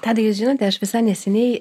tadai jūs žinote aš visai neseniai